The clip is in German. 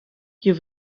hier